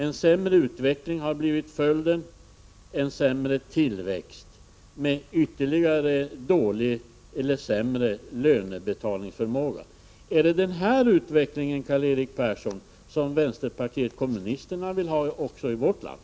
En sämre utveckling har blivit följden, en sämre tillväxt, med ytterligare försämrad lönebetalningsförmåga. Är det den utvecklingen, Karl-Erik Persson, som vänsterpartiet kommunisterna vill ha också i vårt land?